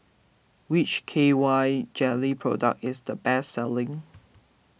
which K Y jelly product is the best selling